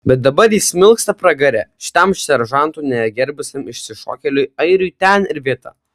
bet dabar jis smilksta pragare šitam seržantų negerbusiam išsišokėliui airiui ten ir vieta